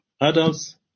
Adults